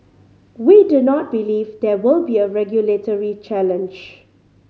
we do not believe there will be a regulatory challenge